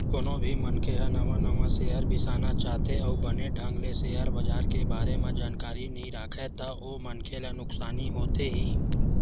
कोनो भी मनखे ह नवा नवा सेयर बिसाना चाहथे अउ बने ढंग ले सेयर बजार के बारे म जानकारी नइ राखय ता ओ मनखे ला नुकसानी होथे ही